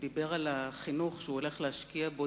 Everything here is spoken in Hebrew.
שדיבר על החינוך שהוא הולך להשקיע בו.